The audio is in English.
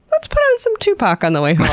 let's put on some tupac on the way